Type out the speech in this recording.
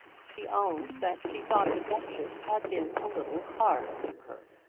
she owned that she thought the duchess had been a little hard to her.